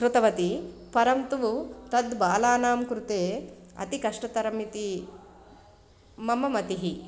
कृतवती परन्तु तद्बालानां कृते अति कष्टतरं इति मम मतिः